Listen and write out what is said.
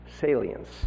salience